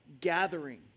gathering